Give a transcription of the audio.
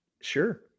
Sure